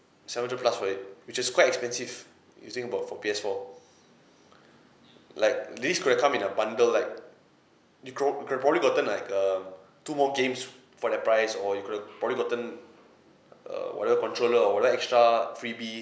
seven hundred plus for it which is quite expensive you think about for P_S four like this could have come in a bundle like you could you could probably gotten like um two more games for that price or you could have probably gotten err whether controller or whether extra freebie